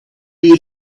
you